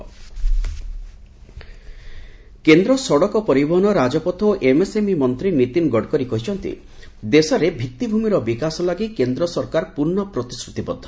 ଗଡ଼କରୀ କେନ୍ଦ୍ର ସଡ଼କ ପରିବହନ ରାଜପଥ ଓ ଏମ୍ଏସ୍ଏମ୍ଇ ମନ୍ତ୍ରୀ ନୀତିନ ଗଡ଼କରୀ କହିଛନ୍ତି ଦେଶରେ ଭିଭିଭ୍ୟମିର ବିକାଶ ଲାଗି କେନ୍ଦ୍ର ସରକାର ପୂର୍ଣ୍ଣ ପ୍ରତିଶ୍ରତିବଦ୍ଧ